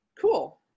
cool